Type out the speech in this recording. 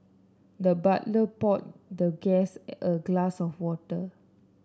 the butler poured the guest a glass of water